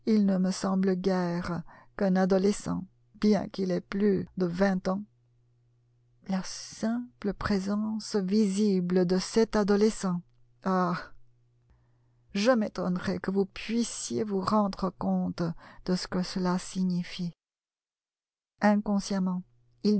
il ne me semble guère qu'un adolescent bien qu'il ait plus de vingt ans la simple présence visible de cet adolescent ah je m'étonnerais que vous puissiez vous rendre compte de ce que cela signifie inconsciemment